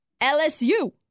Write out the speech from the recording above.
LSU